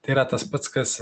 tai yra tas pats kas